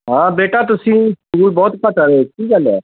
ਹਾਂ ਬੇਟਾ ਤੁਸੀਂ ਸਕੂਲ ਬਹੁਤ ਘੱਟ ਆਏ ਹੋ ਕੀ ਗੱਲ ਹੈ